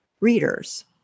readers